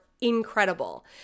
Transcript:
incredible